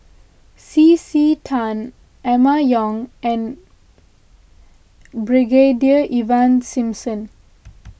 C C Tan Emma Yong and Brigadier Ivan Simson